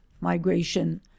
migration